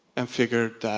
and figured that,